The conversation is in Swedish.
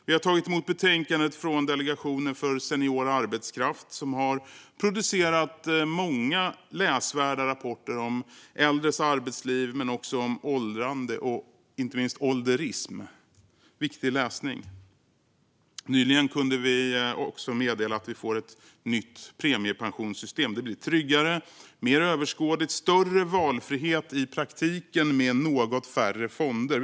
Vi har tagit emot betänkandet från Delegationen för senior arbetskraft, som har producerat många läsvärda rapporter om äldres arbetsliv men också om åldrande och inte minst ålderism. Det är viktig läsning. Nyligen kunde vi också meddela att vi får ett nytt premiepensionssystem. Det blir tryggare och mer överskådligt. Det innebär större valfrihet i praktiken, med något färre fonder.